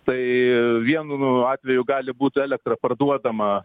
tai vienu nu atveju gali būt elektra parduodama